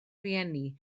rhieni